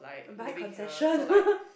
buy concession